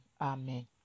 amen